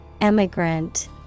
Emigrant